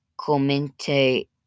comente